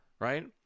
Right